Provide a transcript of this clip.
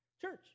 Church